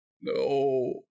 No